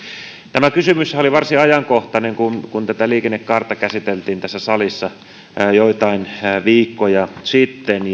tämä kysymyshän oli varsin ajankohtainen kun kun tätä liikennekaarta käsiteltiin tässä salissa joitain viikkoja sitten